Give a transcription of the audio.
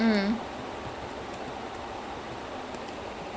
I think he's about sixty eight lah sixty right or sixty nine years old